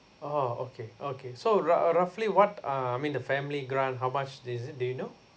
oh okay okay so rou~ roughly what uh I mean the family grant how much is it do you know